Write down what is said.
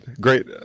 great